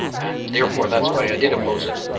and therefore that's why i did oppose it.